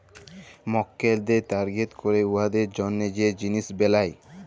মক্কেলদের টার্গেট ক্যইরে উয়াদের জ্যনহে যে জিলিস বেলায়